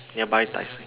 nearby